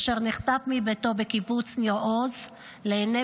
אשר נחטף מביתו בקיבוץ נחל עוז לעיני